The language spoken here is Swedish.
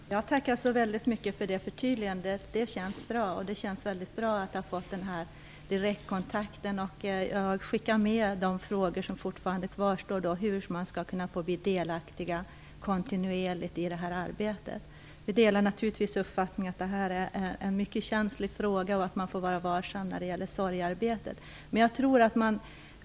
Fru talman! Jag tackar så väldigt mycket för detta förtydligande. Det känns väldigt bra att ha fått den här direktkontakten. Jag skickar då med statsrådet den fråga som kvarstår, nämligen hur de anhöriga skall kunna få ta kontinuerlig del i arbetet. Jag delar naturligtvis uppfattningen att detta är en mycket känslig fråga och att man måste vara varsam när det gäller sorgearbetet.